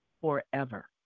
forever